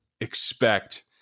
expect